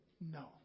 no